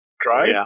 Try